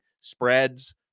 spreads